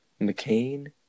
McCain